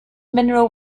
mineral